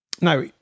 Now